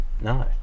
No